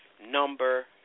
Number